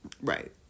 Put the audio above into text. Right